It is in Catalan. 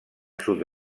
sud